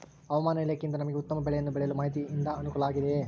ಹವಮಾನ ಇಲಾಖೆಯಿಂದ ನಮಗೆ ಉತ್ತಮ ಬೆಳೆಯನ್ನು ಬೆಳೆಯಲು ಮಾಹಿತಿಯಿಂದ ಅನುಕೂಲವಾಗಿದೆಯೆ?